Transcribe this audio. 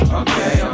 okay